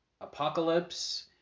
Apocalypse